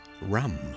rum